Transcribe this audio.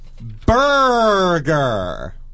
burger